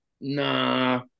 nah